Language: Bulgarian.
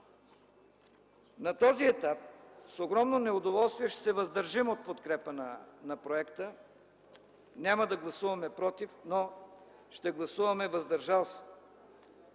На този етап с огромно неудоволствие ще се въздържим от подкрепа на проекта. Няма да гласуваме „против”, но ще гласуваме „въздържал се”.